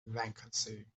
vacancy